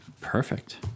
Perfect